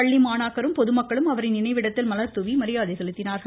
பள்ளி மாணாக்கரும் பொதுமக்களும் அவரின் நினைவிடத்தில் மலர்தூவி மரியாதை செலுத்தினர்